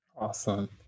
Awesome